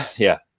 yeah.